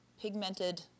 pigmented